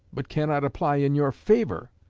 but cannot apply in your favor.